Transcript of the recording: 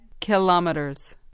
kilometers